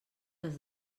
les